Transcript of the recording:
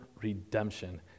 redemption